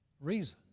Reason